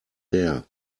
her